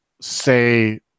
say